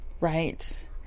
Right